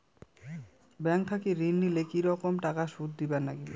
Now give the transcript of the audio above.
Bank থাকি ঋণ নিলে কি রকম টাকা সুদ দিবার নাগিবে?